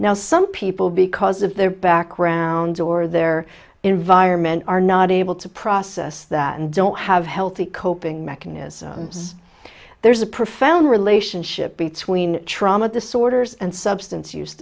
now some people because of their background or their environment are not able to process that and don't have healthy coping mechanisms there's a profound relationship between trauma disorders and substance use